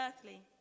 earthly